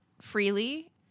freely